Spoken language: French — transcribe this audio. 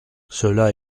cela